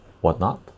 whatnot